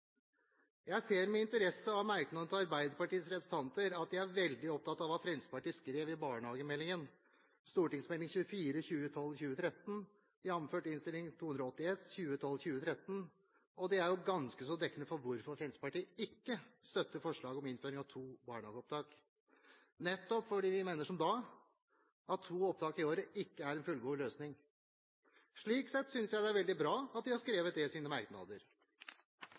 Jeg ser med interesse av merknadene til Arbeiderpartiets representanter at de er veldig opptatt av hva Fremskrittspartiet skrev i forbindelse med barnehagemeldingen, Meld. St. 24 for 2012–2013, jf. Innst. 380 S for 2012–2013. Det er ganske så dekkende for hvorfor Fremskrittspartiet ikke støtter forslaget om innføring av to barnehageopptak, nettopp fordi vi mener, som da, at to opptak i året ikke er en fullgod løsning. Slik sett synes jeg det er veldig bra at de har skrevet det i sine merknader.